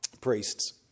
priests